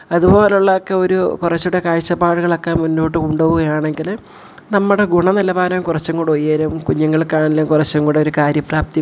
അതുപോലെയുള്ളതൊക്കെ ഒരൂ കുറച്ചും കൂടി കാഴ്ച്ചപ്പാടുകളൊക്കെ മുന്നോട്ടു കൊണ്ടു പോകുകയാണെങ്കിൽ നമ്മുടെ ഗുണനിലവാരം കുറച്ചും കൂടി ഉയരും കുഞ്ഞുങ്ങൾക്കാണെങ്കിലും കുറച്ചും കൂടൊരു കാര്യപ്രാപ്തി വരും